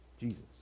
Jesus